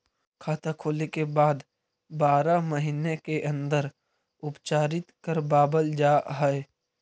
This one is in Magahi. खाता खोले के बाद बारह महिने के अंदर उपचारित करवावल जा है?